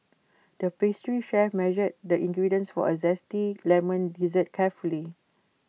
the pastry chef measured the ingredients for A Zesty Lemon Dessert carefully